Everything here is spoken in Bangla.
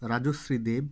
রাজশ্রী দেব